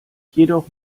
jedoch